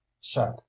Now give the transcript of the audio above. set